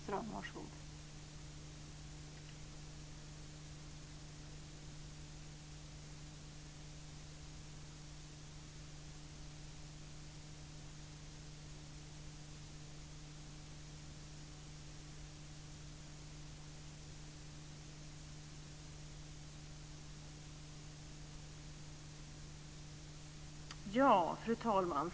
Fru talman!